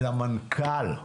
למנכ"ל,